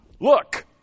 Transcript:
Look